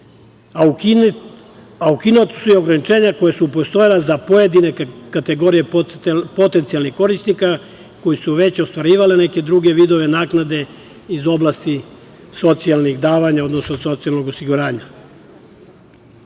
a ukinuta su i ograničenja koja su postojala za pojedine kategorije potencijalnih korisnika koji su već ostvarivali neke druge vidove naknade iz oblasti socijalnih davanja, odnosno socijalnog osiguranja. Mi